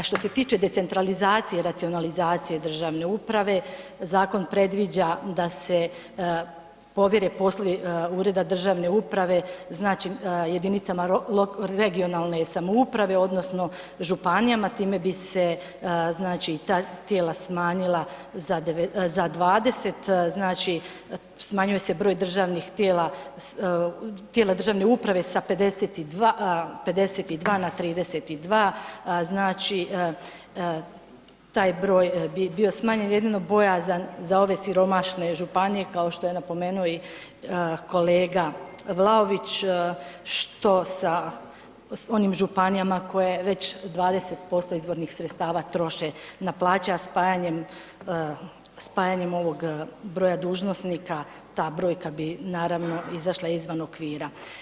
Što se tiče decentralizacije i racionalizacije državne uprave, zakon predviđa da se povjere poslovi ureda državne uprave, znači jedinicama regionalne samouprave odnosno županijama, time bi se znači ta tijela smanjila za 20 znači smanjuje se broj tijela državne uprave sa 52 na 32, znači taj broj bi bio smanjen, jedino bojazan za ove siromašne županije kao što je napomenuo i kolega Vlaović što sa onim županijama koje već 20% izvornih sredstava troše na plaće a spajanjem ovog broja dužnosnika ta brojka bi naravno izašla izvan okvira.